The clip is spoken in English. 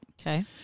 okay